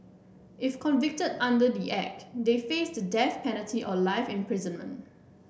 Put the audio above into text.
if convicted under the Act they face the death penalty or life imprisonment